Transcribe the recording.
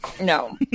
No